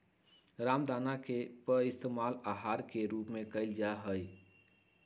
रामदाना के पइस्तेमाल आहार के रूप में कइल जाहई